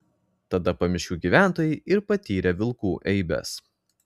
tada pamiškių gyventojai ir patyrė vilkų eibes